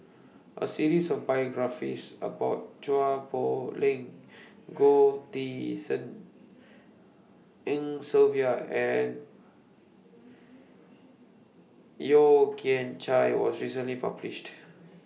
A series of biographies about Chua Poh Leng Goh Tshin En Sylvia and Yeo Kian Chai was recently published